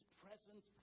presence